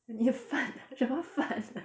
你的饭什么饭